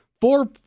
four